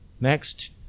next